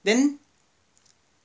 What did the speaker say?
then